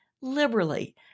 liberally